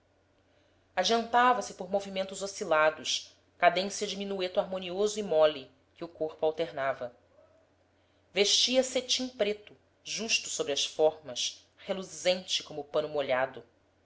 proibido adiantava-se por movimentos oscilados cadência de minueto harmonioso e mole que o corpo alternava vestia cetim preto justo sobre as formas reluzente como pano molhado